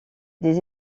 des